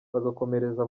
bagakomereza